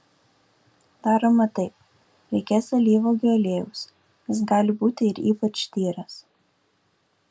daroma taip reikės alyvuogių aliejaus jis gali būti ir ypač tyras